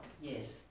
Yes